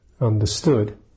understood